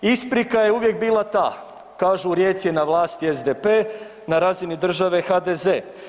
Isprika je uvijek bila ta, kažu u Rijeci je na vlasti SDP, na razini države HDZ.